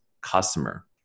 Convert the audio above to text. customer